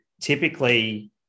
typically